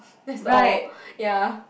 that's all ya